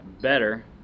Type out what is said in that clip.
better